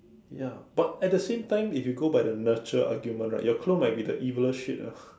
ya but at the same time if you go by the nurture argument right your clone might be the eviler shit ah